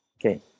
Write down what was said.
Okay